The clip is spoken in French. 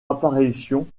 apparition